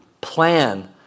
plan